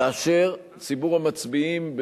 כאשר ציבור המצביעים,